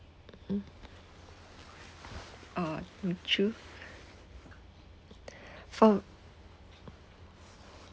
mm uh would you for